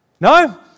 No